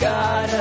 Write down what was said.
God